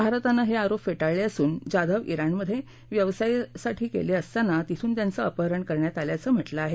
भारतानं हे आरोप फेटाळले असून जाधव इराणमध्ये व्यवसायासाठी गेले असताना तिथून त्यांचं अपहरण करण्यात आल्याचं म्हटलं आहे